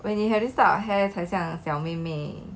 when you have this type of hair 很像小妹妹